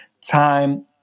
time